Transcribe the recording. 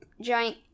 giant